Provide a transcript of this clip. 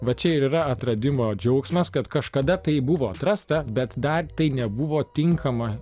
va čia ir yra atradimo džiaugsmas kad kažkada tai buvo atrasta bet dar tai nebuvo tinkama